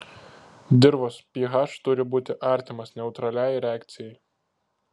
dirvos ph turi būti artimas neutraliai reakcijai